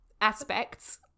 aspects